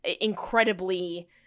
incredibly